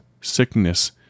sickness